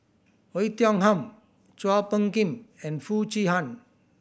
Oei Tiong Ham Chua Phung Kim and Foo Chee San